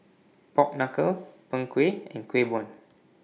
Pork Knuckle Png Kueh and Kueh Bom